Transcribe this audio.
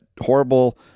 horrible